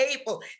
able